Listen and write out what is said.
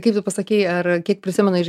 kaip tu pasakei ar kiek prisimena iš